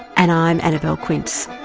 and i'm annabelle quince,